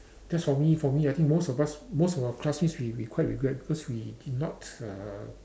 cause for me for me I think most of us most of our classmates we we quite regret because we did not uh